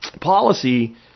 policy